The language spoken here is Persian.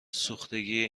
سوختگی